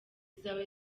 zawe